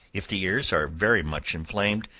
if the ears are very much inflamed,